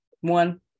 one